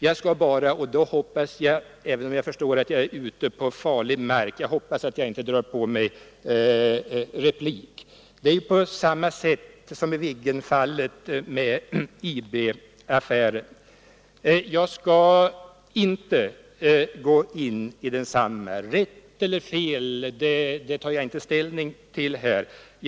Jag skall sedan bara säga — jag förstår att jag nu kommer ut på farlig mark, men jag hoppas med hänsyn till tidspressen att jag inte drar på mig någon replik — att det beträffande misstänkliggörande av politiker är på samma sätt med IB-affären som med fallet Viggen. Jag skall inte gå in på IB-affären — jag tar inte ställning till frågan om rätt eller fel.